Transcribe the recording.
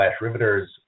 riveters